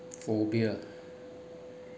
phobia ah